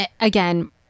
again